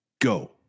Go